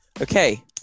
Okay